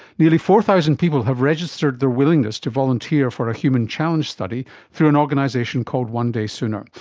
nearly four thousand people have registered their willingness to volunteer for a human challenge study through an organisation called one daysooner.